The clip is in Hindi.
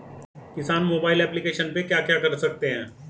किसान मोबाइल एप्लिकेशन पे क्या क्या कर सकते हैं?